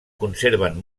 conserven